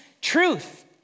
truth